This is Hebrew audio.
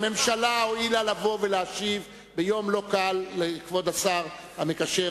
הממשלה הואילה לבוא ולהשיב ביום לא קל לכבוד השר המקשר,